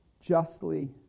justly